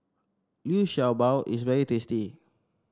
Liu Sha Bao is very tasty